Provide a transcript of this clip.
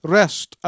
rest